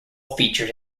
featured